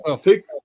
take